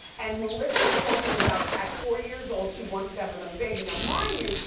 and melissa's talking about at forty years old, she wants to have another baby. now mind you,